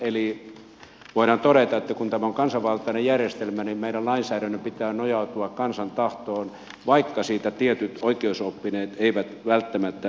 eli voidaan todeta että kun tämä on kansanvaltainen järjestelmä niin meidän lainsäädäntömme pitää nojautua kansan tahtoon vaikka siitä tietyt oikeusoppineet eivät välttämättä pidäkään